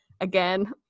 again